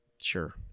Sure